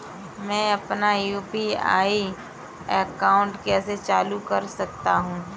मैं अपना UPI account कैसे चालू कर सकता हूँ?